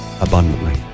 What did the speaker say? abundantly